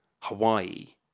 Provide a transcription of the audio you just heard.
Hawaii